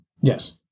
Yes